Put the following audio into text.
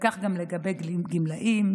כך גם לגבי גמלאים,